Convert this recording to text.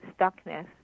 stuckness